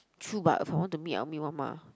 true but if I want to meet I will meet one mah